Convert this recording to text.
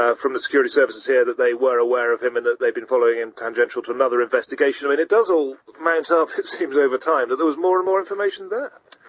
ah from the security services here, that they were aware of him, and that they'd been following him, and tangential to another investigation. it it does all mount up. it seems, over time, that there was more and more information there.